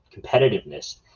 competitiveness